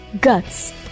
Guts